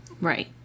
Right